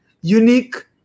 unique